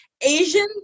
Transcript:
Asian